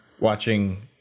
watching